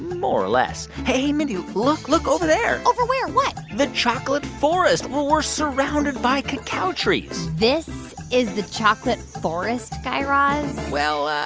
more or less. hey, mindy, look look over there over where? what? the chocolate forest. we're surrounded by cacao trees this is the chocolate forest, guy raz? well, i.